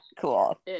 cool